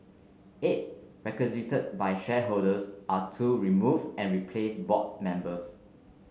eight by shareholders are to remove and replace board members